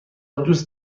دوست